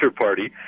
party